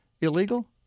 illegal